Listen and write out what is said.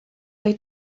they